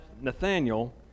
Nathaniel